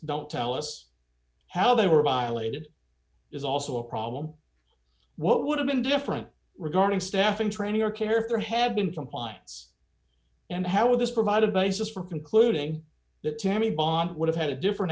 don't tell us how they were violated is also a problem what would have been different regarding staffing training or care for have been compliance and how would this provide a basis for concluding that tammy bond would have had a different